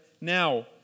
now